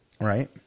Right